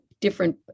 different